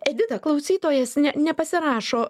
edita klausytojas ne nepasirašo